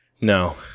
No